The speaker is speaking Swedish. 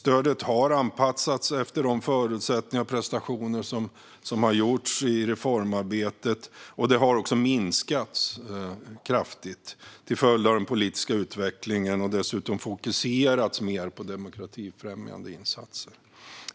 Stödet har anpassats efter förutsättningarna och de prestationer som gjorts i reformarbetet, och det har också minskats kraftigt till följd av den politiska utvecklingen och dessutom fokuserats mer på demokratifrämjande insatser.